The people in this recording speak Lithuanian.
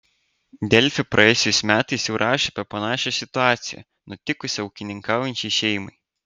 delfi praėjusiais metais jau rašė apie panašią situaciją nutikusią ūkininkaujančiai šeimai